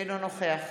אינו נוכח